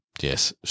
Yes